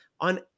on